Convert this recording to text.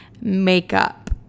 makeup